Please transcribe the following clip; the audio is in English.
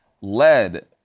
led